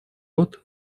рот